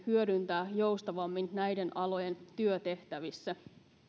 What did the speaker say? hyödyntää joustavammin näiden alojen työtehtävissä